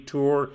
Tour